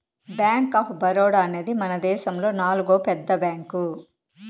bank of Baroda అనేది మనదేశములో నాల్గో పెద్ద బ్యాంక్